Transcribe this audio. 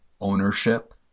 ownership